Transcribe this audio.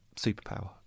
superpower